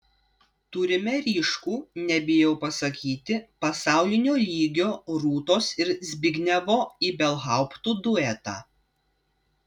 turime ryškų nebijau pasakyti pasaulinio lygio rūtos ir zbignevo ibelhauptų duetą